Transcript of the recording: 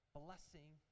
blessing